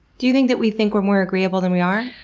do you think that we think we're more agreeable than we are?